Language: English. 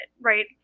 right